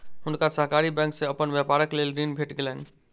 हुनका सहकारी बैंक से अपन व्यापारक लेल ऋण भेट गेलैन